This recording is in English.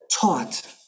taught